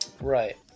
Right